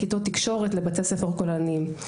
לכיתות תקשורת ובתי ספר כוללניים.